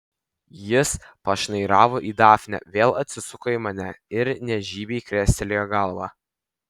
jis pašnairavo į dafnę vėl atsisuko į mane ir nežymiai krestelėjo galva